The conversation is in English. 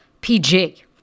PG